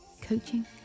Coaching